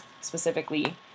specifically